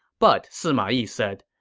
but sima yi said,